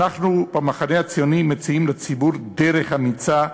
אנחנו במחנה הציוני מציעים לציבור דרך אמיצה,